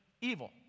evil